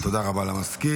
תודה רבה למזכיר.